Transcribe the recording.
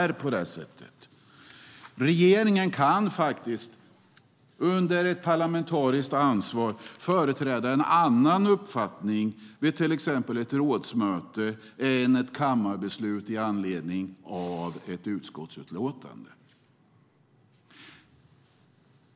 Regeringen kan under ett parlamentariskt ansvar företräda en annan uppfattning vid till exempel ett rådsmöte än den uppfattning som kommer till uttryck i ett kammarbeslut i anledning av ett utskottsutlåtande.